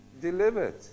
delivered